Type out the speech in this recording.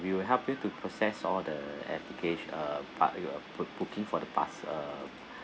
we will help you to process all the applica~ uh part your book booking for the past uh